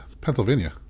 Pennsylvania